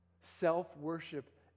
Self-worship